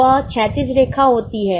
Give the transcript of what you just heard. वह क्षैतिज रेखा होती है